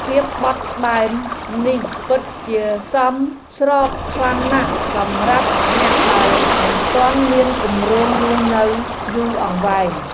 ភាពបត់បែននេះពិតជាសមស្របខ្លាំងណាស់សម្រាប់អ្នកដែលមិនទាន់មានគម្រោងរស់នៅយូរអង្វែង។